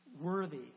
worthy